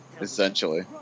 Essentially